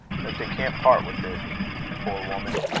that they can't part with it poor woman!